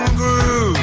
grew